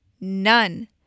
none